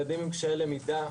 ילדים עם קשיי למידה,